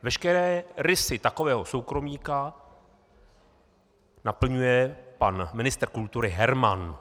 Veškeré rysy takového soukromníka naplňuje pan ministr kultury Herman.